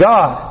God